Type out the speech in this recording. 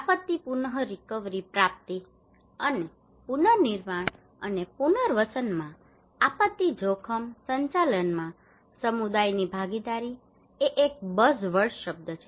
આપત્તિ પુનરીકવરી પ્રાપ્તિ અને પુનર્નિર્માણ અને પુનર્વસનમાં આપત્તિ જોખમ સંચાલનમાં સમુદાયની ભાગીદારી એ એક બઝવર્ડ શબ્દ છે